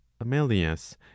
Amelius